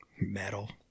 Metal